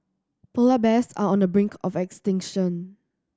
polar bears are on the brink of extinction